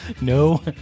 No